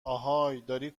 اهای، داری